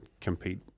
compete